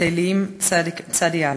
בתהילים צ"א: